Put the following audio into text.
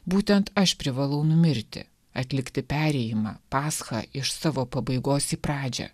būtent aš privalau numirti atlikti perėjimą paschą iš savo pabaigos į pradžią